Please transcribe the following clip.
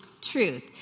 truth